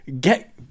get